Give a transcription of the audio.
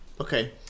Okay